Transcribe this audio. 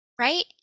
right